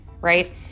right